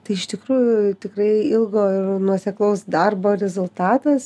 tai iš tikrųjų tikrai ilgo ir nuoseklaus darbo rezultatas